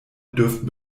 dürften